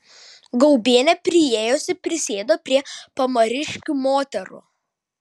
gaubienė priėjusi prisėdo prie pamariškių moterų